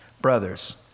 Brothers